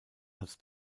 als